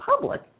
public